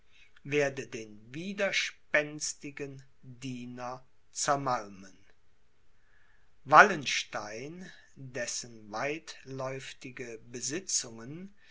werde den widerspenstigen diener zermalmen wallenstein dessen weitläuftige besitzungen